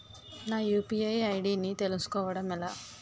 నా UPI ID ని తెలుసుకోవడం ఎలా?